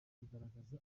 kugaragaza